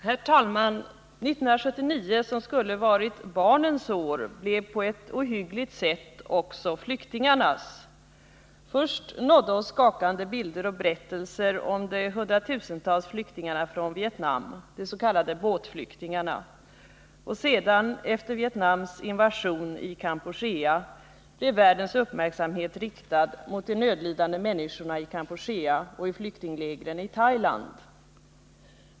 Herr talman! År 1979, som skulle ha varit barnens år, blev på ett ohyggligt sätt också flyktingarnas. Först nådde oss skakande bilder och berättelser om de hundratusentals flyktingarna från Vietnam, de s.k. båtflyktingarna, och sedan, efter Vietnams invasion i Kampuchea, blev världens uppmärksamhet riktad mot de nödlidande människorna i Kampuchea och i flyktinglägren i Thailand.